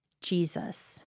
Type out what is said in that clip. Jesus